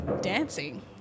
dancing